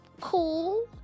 Cool